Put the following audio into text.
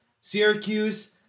Syracuse